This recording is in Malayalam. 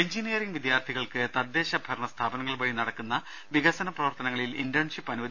എഞ്ചിനീയറിങ് വിദ്യാർത്ഥികൾക്ക് തദ്ദേശ സ്വയംഭരണ സ്ഥാപനങ്ങൾ വഴി നടക്കുന്ന വികസന പ്രവർത്തന ങ്ങളിൽ ഇന്റേൺഷിപ്പ് ഡോ